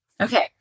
Okay